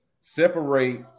separate